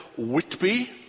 Whitby